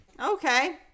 Okay